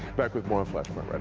back with more on flash point